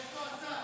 איפה השר?